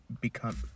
become